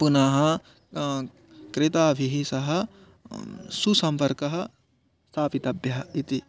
पुनः क्रेताभिः सह सुसम्पर्कः स्थापितव्यः इति